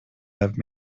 have